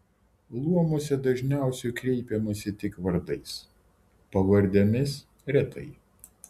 luomuose dažniausiai kreipiamasi tik vardais pavardėmis retai